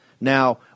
Now